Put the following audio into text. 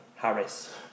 Harris